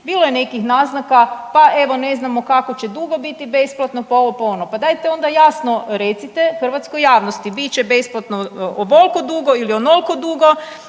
Bilo je nekih naznaka, pa evo ne znamo kako će dugo biti besplatno, pa ovo, pa ono, pa dajte onda jasno recite hrvatskoj javnosti bit će besplatno ovolko dugo ili onolko dugo